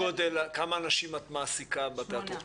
כמה אנשים את מעסיקה בתיאטרון?